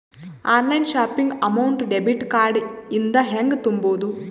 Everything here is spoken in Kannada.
Online shopping amount debit card ಇಂದ ಹೆಂಗ್ ತುಂಬೊದು?